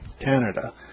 Canada